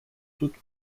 toute